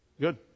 Good